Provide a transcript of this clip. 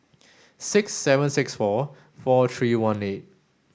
six seven six four four three one eight